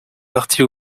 partie